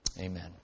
Amen